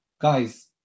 guys